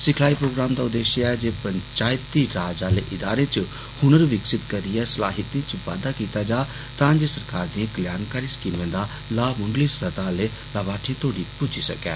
सिखलाई प्रोग्राम दा उद्देष्य ऐ जे पंचायती राज आह्ले इदारे च हुनर विकसित करियै सलाहितें च बाद्दा कीता जा तां जे सरकार दियें कल्याणकारी स्कीमें दा लाह् मुड़ली स्तह आह्ले लाभार्थियें तोड़ी पुज्जी सकै